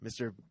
Mr